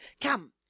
Come